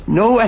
no